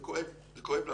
זה כואב, זה כואב לנו.